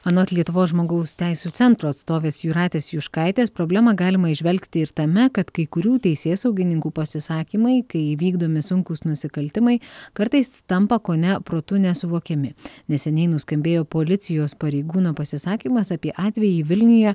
anot lietuvos žmogaus teisių centro atstovės jūratės juškaitės problemą galima įžvelgti ir tame kad kai kurių teisėsaugininkų pasisakymai kai įvykdomi sunkūs nusikaltimai kartais tampa kone protu nesuvokiami neseniai nuskambėjo policijos pareigūno pasisakymas apie atvejį vilniuje